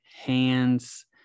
hands